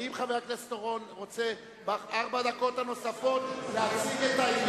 האם חבר הכנסת אורון רוצה בארבע הדקות הנוספות להציג את העניין?